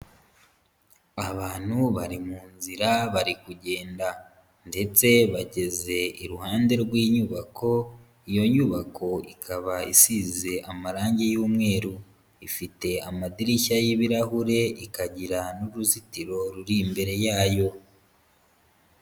Abantu bari mu nzira bari kugenda, ndetse bageze iruhande rw'inyubako, iyo nyubako ikaba isize amarangi y'umweru, ifite amadirishya y'ibirahure, ikagira n'uruzitiro ruri imbere yayo.